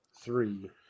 three